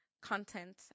content